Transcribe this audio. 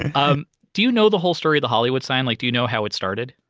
and um do you know the whole story of the hollywood sign? like do you know how it started?